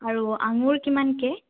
আৰু আঙুৰ কিমান কে